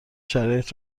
شرایط